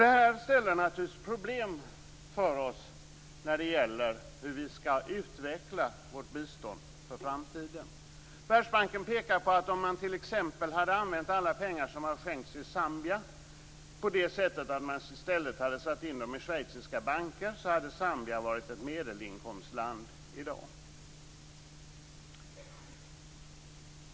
Det här ställer naturligtvis till problem för oss när det gäller hur vi skall utveckla vårt bistånd för framtiden. Världsbanken pekar på att om man t.ex. hade använt alla pengar som har skänkts till Zambia på det sättet att man i stället hade satt in dem i schweiziska banker hade Zambia varit ett medelinkomstland i dag.